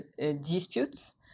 disputes